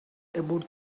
about